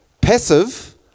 Passive